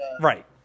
right